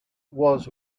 was